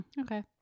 Okay